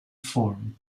form